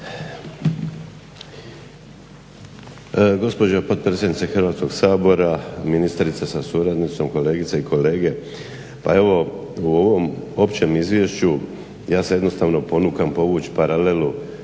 Gospođo potpredsjednice Hrvatskog sabora, ministrice sa suradnicom, kolegice i kolege. Pa evo u ovom općem izvješću ja sam jednostavno ponukan povući paralelu